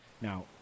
Now